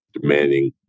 demanding